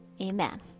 Amen